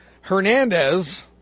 Hernandez